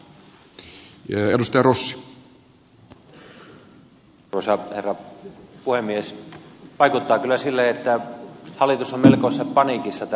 vaikuttaa kyllä sille että hallitus on melkoisessa paniikissa tällä hetkellä